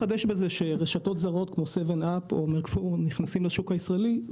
מחדש שרשתות כמו sevn up נכנסות לשוק הישראלי,